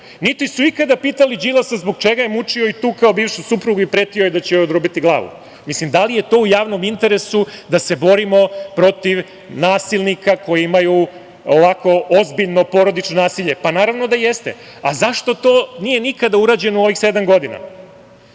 niti su ikada pitali Đilasa zbog čega je mučio i tukao bivšu suprugu i pretio joj da će joj odrubiti glavu. Da li je to u javnom interesu da se borimo protiv nasilnika koji imaju ozbiljno porodično nasilje? Pa, naravno da jeste. A zašto to nije nikada urađeno u ovih sedam godina? Opet,